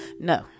no